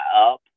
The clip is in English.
up